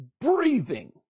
breathing